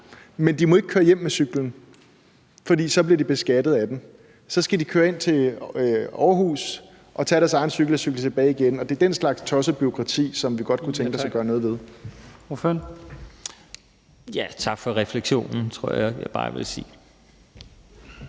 men de må ikke køre hjem med cyklen, fordi de så bliver beskattet af den. Så de skal køre ind til Aarhus og tage deres egen cykel og cykle tilbage igen. Og det er den slags tossebureaukrati, som vi godt kunne tænke os at gøre noget ved.